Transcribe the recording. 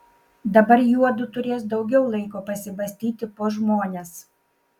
dabar juodu turės daugiau laiko pasibastyti po žmones